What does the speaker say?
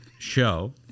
Show